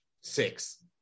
six